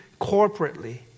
corporately